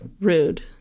rude